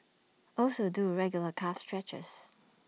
also do regular calf stretches